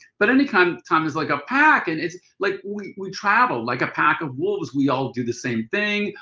but any kind of time it's like a pack. and it's like we we travel like a pack of wolves, we all do the same thing.